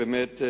באמת,